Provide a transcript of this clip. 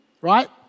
right